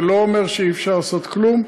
זה לא אומר שאי-אפשר לעשות כלום.